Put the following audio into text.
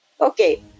Okay